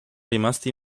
rimasti